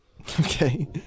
Okay